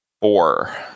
four